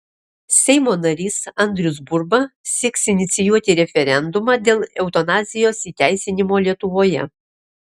seimo narys andrius burba sieks inicijuoti referendumą dėl eutanazijos įteisinimo lietuvoje